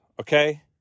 Okay